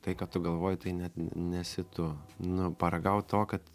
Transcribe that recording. tai ką tu galvoji tai net nesi tu nu paragaut to kad